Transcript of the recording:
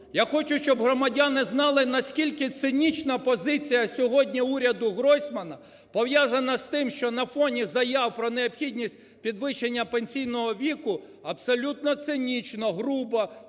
Я хочу, щоб громадяни знали, наскільки цинічна позиція сьогодні уряду Гройсмана, пов'язана з тим, що на фоні заяв про необхідність підвищення пенсійного віку абсолютно цинічно, грубо,